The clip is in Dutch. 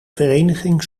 vereniging